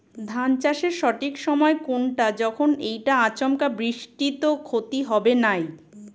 ধান চাষের সঠিক সময় কুনটা যখন এইটা আচমকা বৃষ্টিত ক্ষতি হবে নাই?